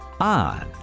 on